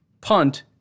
punt